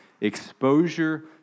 Exposure